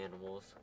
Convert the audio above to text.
animals